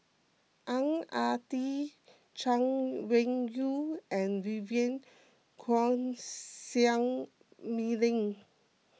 Ang Ah Tee Chay Weng Yew and Vivien Quahe Seah Mei Lin